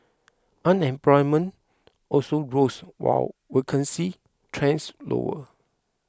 unemployment also rose while vacancies trends lower